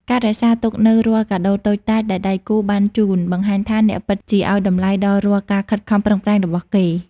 ការរក្សាទុកនូវរាល់កាដូតូចតាចដែលដៃគូបានជូន បង្ហាញថាអ្នកពិតជាឱ្យតម្លៃដល់រាល់ការខិតខំប្រឹងប្រែងរបស់គេ។